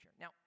Now